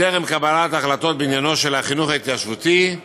טרם קבלת החלטות בעניינו של החינוך ההתיישבותי,